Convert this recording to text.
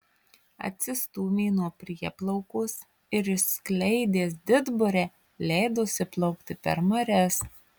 atsistūmė nuo prieplaukos ir išskleidęs didburę leidosi plaukti per marias